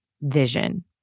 vision